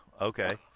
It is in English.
okay